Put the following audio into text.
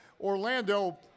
Orlando